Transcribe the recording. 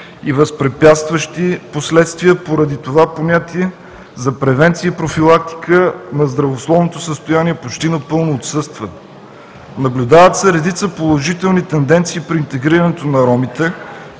и възпрепятстващи последствия и поради това понятието за превенция и профилактика на здравословното състояние почти напълно отсъства. Наблюдават се редица положителни тенденции при интегрирането на ромите,